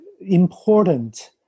important